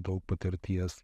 daug patirties